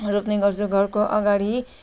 रोप्ने गर्छु घरको अगाडि